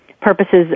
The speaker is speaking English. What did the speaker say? purposes